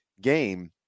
game